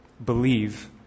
believe